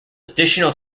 additional